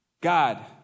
God